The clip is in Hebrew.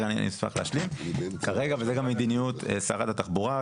וזו גם מדיניות שרת התחבורה,